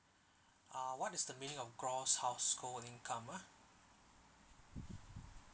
uh what is the meaning of gross household income ah